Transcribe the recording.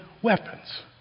Weapons